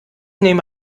nehme